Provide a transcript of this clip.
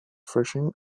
fishing